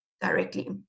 directly